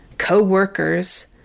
co-workers